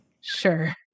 Sure